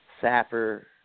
Sapper